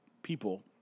people